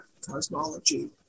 cosmology